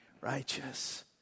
righteous